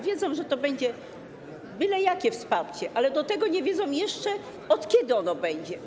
Wiedzą, że to będzie byle jakie wsparcie, ale do tego nie wiedzą jeszcze, od kiedy ono będzie.